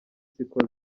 siko